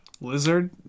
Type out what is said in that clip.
Lizard